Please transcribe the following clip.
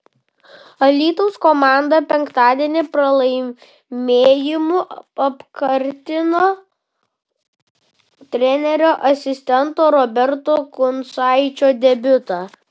alytaus komanda penktadienį pralaimėjimu apkartino trenerio asistento roberto kuncaičio debiutą